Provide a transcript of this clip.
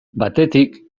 batetik